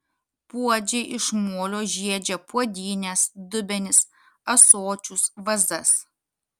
puodžiai iš molio žiedžia puodynes dubenis ąsočius vazas